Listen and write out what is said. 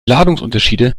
ladungsunterschiede